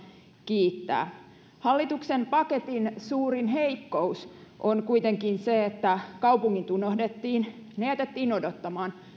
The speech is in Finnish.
kiittää hallituksen paketin suurin heikkous on kuitenkin se että kaupungit unohdettiin ne jätettiin odottamaan